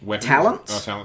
Talents